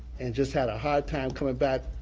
and just had a hard time coming back.